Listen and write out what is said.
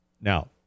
Now